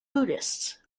buddhists